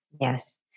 Yes